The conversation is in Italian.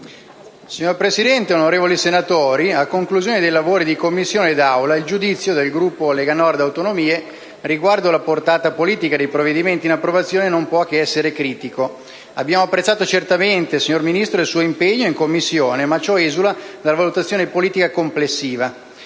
Signor Presidente, onorevoli senatori, a conclusione dei lavori di Commissione e d'Aula, il giudizio del Gruppo Lega Nord-Autonomie riguardo alla portata politica dei provvedimenti in approvazione non può che essere critico. Signor Ministro, abbiamo certamente apprezzato il suo impegno in Commissione, ma ciò esula dalla valutazione politica complessiva.